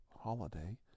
holiday